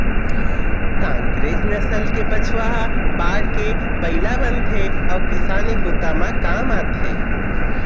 कांकरेज नसल के बछवा ह बाढ़के बइला बनथे अउ किसानी बूता म काम आथे